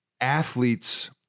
athletes